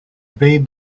bade